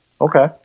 Okay